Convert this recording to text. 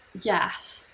yes